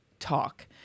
talk